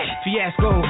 Fiasco